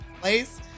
place